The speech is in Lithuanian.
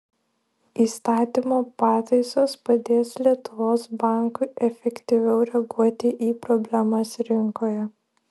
įstatymo pataisos padės lietuvos bankui efektyviau reaguoti į problemas rinkoje